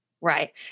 Right